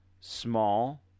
small